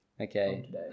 Okay